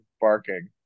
barking